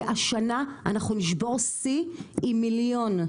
והשנה אנחנו נשבר שיא עם 1 מיליון.